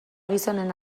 gizonen